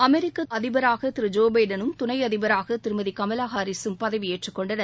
அமெரிக்க அதிபராக திரு ஜோ பைடனும் துணை அதிபராக திருமதி கமலா ஹாரிகம் பதவியேற்றுக் கொண்டனர்